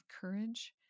courage